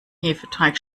hefeteig